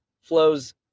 flows